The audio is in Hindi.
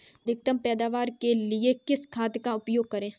अधिकतम पैदावार के लिए किस खाद का उपयोग करें?